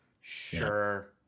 Sure